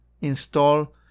install